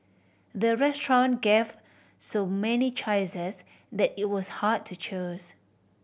the restaurant gave so many choices that it was hard to choose